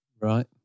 right